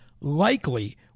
likely